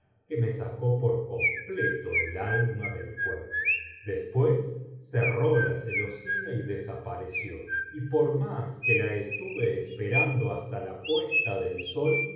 que me sacó por completo el alma del cuerpo después cerró la celosía y desapareció y por más que la estuve esperando hasta la puesta del sol